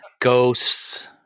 Ghosts